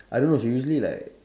I don't know she usually like